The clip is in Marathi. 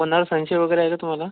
कोणावर संशय वगैरे आहे का तुम्हाला